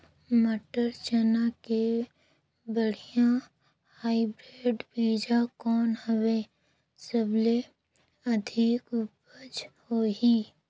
मटर, चना के बढ़िया हाईब्रिड बीजा कौन हवय? सबले अधिक उपज होही?